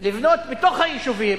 לבנות בתוך היישובים,